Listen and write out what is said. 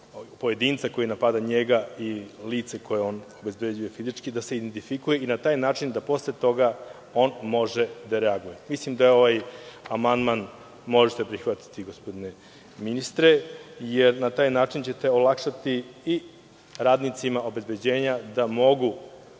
pojedinca koji napada njega ili lice koje on obezbeđuje fizički, da se identifikuje i na taj način da posle toga on može da reaguje. Mislim da ovaj amandman možete prihvatiti, gospodine ministre, jer ćete na taj način olakšati i radnicima obezbeđenja da mogu